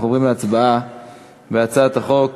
אנחנו עוברים להצבעה על הצעת החוק